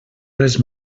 res